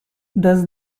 does